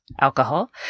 alcohol